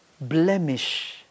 blemish